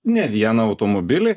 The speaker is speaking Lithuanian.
ne vieną automobilį